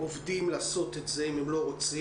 עובדים לעשות את זה אם הם לא רוצים.